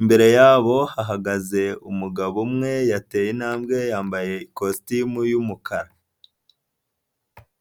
imbere yabo hagaze umugabo umwe yateye intambwe yambaye ikositimu y'umukara.